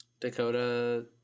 Dakota